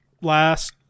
last